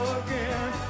again